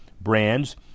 brands